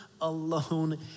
alone